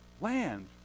land